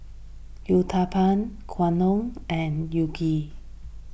Uthapam Gyudon and Unagi